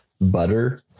butter